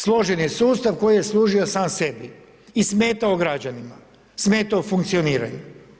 Složen je sustav koji je služio sam sebi i smetao građanima, smetao funkcioniranju.